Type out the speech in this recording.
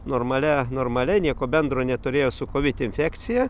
normalia normalia nieko bendro neturėjo su kovid infekcija